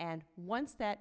and once that